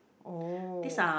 oh